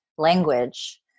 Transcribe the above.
language